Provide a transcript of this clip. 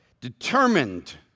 determined